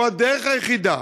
והוא הדרך היחידה